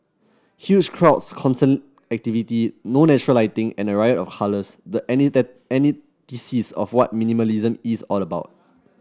huge crowds constant activity no natural lighting and a riot of colours the antithesis of what minimalism is all about